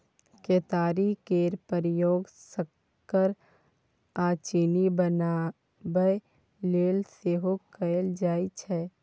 केतारी केर प्रयोग सक्कर आ चीनी बनाबय लेल सेहो कएल जाइ छै